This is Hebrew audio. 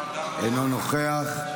אינו נוכח,